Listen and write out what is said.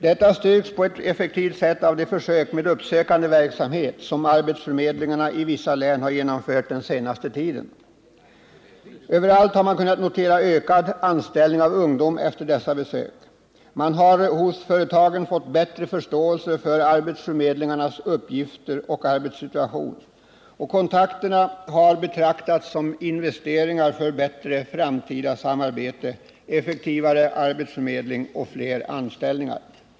Detta styrks på ett effektivt sätt av de försök med uppsökande verksamhet som arbetsförmedlingarna i vissa län har genomfört den senaste tiden. Överallt har man kunnat notera ökad anställningav ungdom efter dessa besök. Man har hos företagen fått bättre förståelse för arbetsförmedlingarnas uppgifter och arbetssituation, och kontakterna har betraktats som investeringar för bättre framtida samarbete, effektivare arbetsförmedling och fler anställningar.